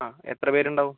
ആ എത്ര പേരുണ്ടാവും